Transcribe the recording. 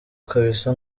kabisa